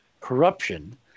corruption